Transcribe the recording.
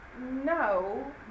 No